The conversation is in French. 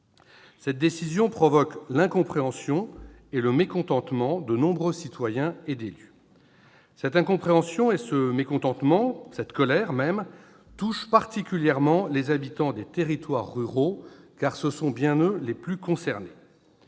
Cette décision provoque l'incompréhension et le mécontentement de nombreux citoyens et d'élus. Cette incompréhension et ce mécontentement, cette colère même, touchent particulièrement les habitants des territoires ruraux, car ce sont bien eux les plus concernés.